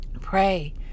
Pray